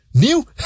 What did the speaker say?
new